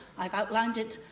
i've outlined it,